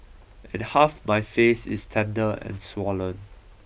and half my face is tender and swollen